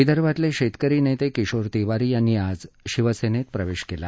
विदर्भातले शेतकरी नेते किशोर तिवारी यांनी आज शिवसेनेत प्रवेश केला